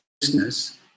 business